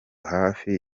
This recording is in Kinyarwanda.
hafi